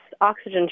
Oxygen